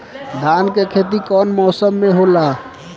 धान के खेती कवन मौसम में होला?